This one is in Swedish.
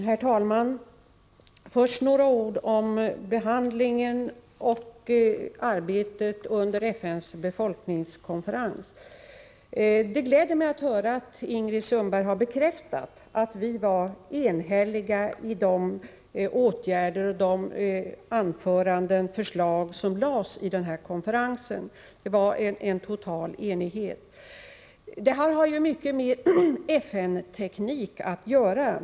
Herr talman! Först några ord om behandlingen av och arbetet med denna Om den abortförefråga under FN:s befolkningskonferens. Det gläder mig att höra att Ingrid byggande verksam Sundberg har bekräftat att vi varit eniga om de åtgärder som föreslogs på heten denna kongress. Det rådde en total enighet. Detta har mycket med FN-teknik att göra.